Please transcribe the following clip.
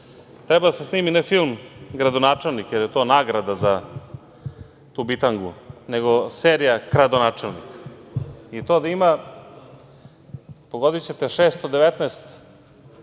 treba da se snimi ne film gradonačelnik, jer je to nagrada za tu bitangu, nego serija kradonačelnik, i to da ima, pogodićete 619